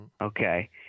Okay